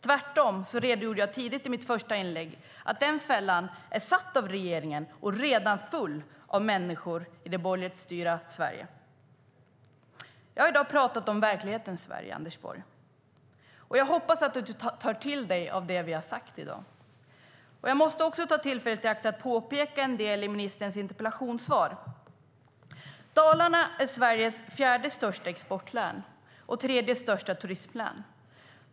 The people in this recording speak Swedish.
Tvärtom redogjorde jag tidigt i mitt första inlägg för att regeringen redan gillrat denna fälla och att den i det borgerligt styrda Sverige redan är full av människor. Jag har i dag talat om verklighetens Sverige, Anders Borg. Jag hoppas att du tar till dig av det vi har sagt i dag. Jag måste också ta tillfället i akt att påpeka en del i ministerns interpellationssvar. Dalarna är Sveriges fjärde största exportlän och tredje största turistlän.